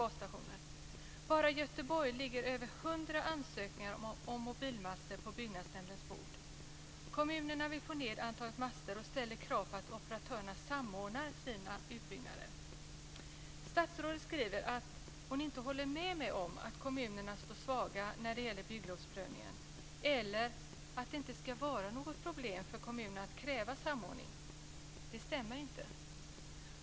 Bara i Göteborg ligger över 100 ansökningar om mobilmaster på byggnadsnämndens bord. Kommunerna vill få ned antalet master och ställer krav på att operatörerna samordnar sina utbyggnader. Statsrådet skriver att hon inte håller med mig om att kommunerna står svaga när det gäller bygglovsprövningen eller att det inte ska vara något problem för kommunerna att kräva samordning. Det stämmer inte.